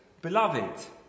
Beloved